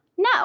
No